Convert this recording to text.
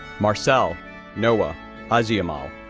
marcel noah aziamale,